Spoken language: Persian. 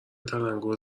تلنگور